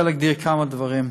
אני רוצה להגדיר כמה דברים.